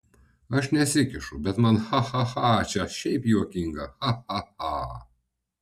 aš nesikišu bet man cha cha cha čia šiaip juokinga cha cha cha